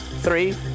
three